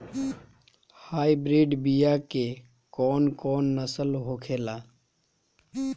Hybrid बीया के कौन कौन नस्ल होखेला?